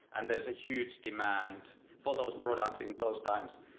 and there's a huge demand for those products in those times.